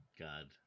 god